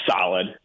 solid